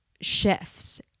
shifts